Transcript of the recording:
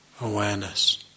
awareness